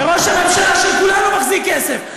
וראש הממשלה של כולנו מחזיק כסף.